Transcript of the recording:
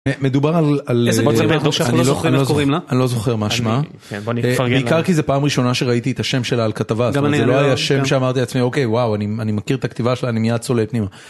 מדובר על... אני לא זוכר מה שמה. בעיקר כי זו פעם ראשונה שראיתי את השם שלה על כתבה, זה לא היה שם שאמרתי לעצמי, אוקיי, וואו, אני מכיר את הכתיבה שלה, אני מיד צולל פנימה.